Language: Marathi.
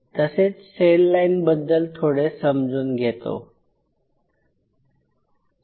तसेच सेल लाईन बद्दल थोडे समजून घेतले